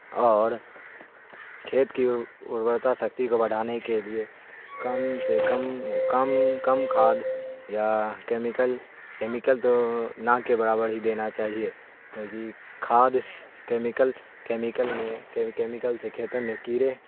اور کھیت کی ارورتا شکتی کو بڑھانے کے لیے کم سے کم کم کم کھاد یا کیمیکل کیمیکل تو نہ کے برابر ہی دینا چاہیے کیوںکہ کھاد کیمیکل کیمیکل میں کیمیکل سے کھیتوں میں کیڑے